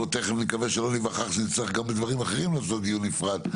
תכף נקווה שלא ניווכח שנצטרך גם בדברים אחרים לעשות דיון נפרד,